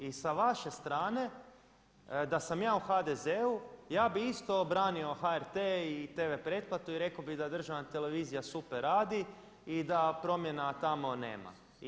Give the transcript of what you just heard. I sa vaše strane da sam ja u HDZ-u ja bih isto obranio HRT i tv pretplatu i rekao bih da državna televizija super radi i da promjena tamo nema.